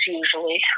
usually